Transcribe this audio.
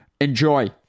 Enjoy